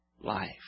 life